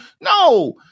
No